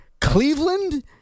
Cleveland